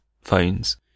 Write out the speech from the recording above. phones